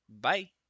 bye